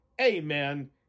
Amen